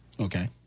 Okay